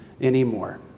anymore